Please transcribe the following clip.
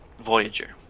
Voyager